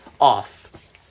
off